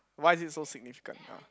why is it so significant ah